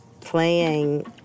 playing